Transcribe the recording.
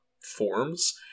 forms